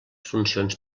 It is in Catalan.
funcions